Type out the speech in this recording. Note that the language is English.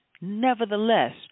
nevertheless